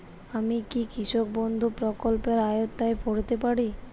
আমি কি কৃষক বন্ধু প্রকল্পের আওতায় পড়তে পারি?